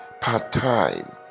part-time